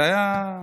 זה היה הערב.